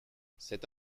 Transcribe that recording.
cette